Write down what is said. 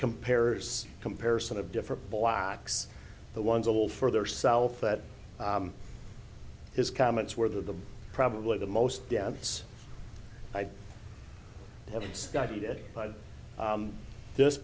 compares comparison of different blocks the ones a little further south that his comments were the probably the most dense i haven't studied it but just